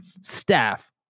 staff